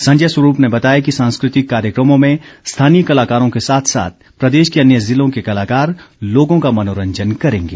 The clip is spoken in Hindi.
संजय स्वरूप ने बताया कि सांस्कृतिक कार्यक्रमों में स्थानीय कलाकारों के साथ साथ प्रदेश के अन्य ज़िलों के कलाकार लोगों का मनोरंजन करेंगे